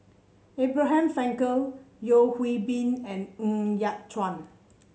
Abraham Frankel Yeo Hwee Bin and Ng Yat Chuan